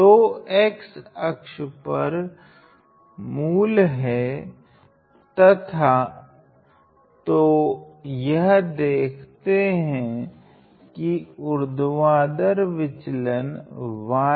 तो X अक्ष पर मूल है तथा तो हम देखते है कि ऊर्ध्वाधर विचलन y